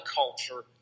culture